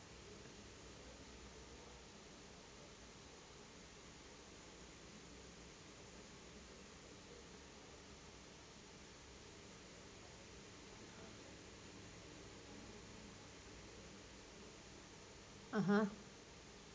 (uh huh)